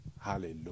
Hallelujah